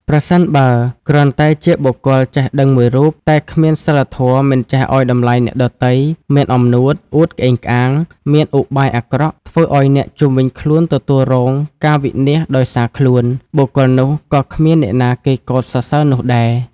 ប្រសិនបើគ្រាន់តែជាបុគ្គលចេះដឹងមួយរូប តែគ្មានសីលធម៌ មិនចេះឲ្យតម្លៃអ្នកដទៃ មានអំនួត អួតក្អេងក្អាង មានឧបាយអាក្រក់ ធ្វើឲ្យអ្នកជុំវិញខ្លួនទទួលរងការវិនាសដោយសារខ្លួន បុគ្គលនោះក៏គ្មានអ្នកណាគេកោតសរសើរនោះដែរ។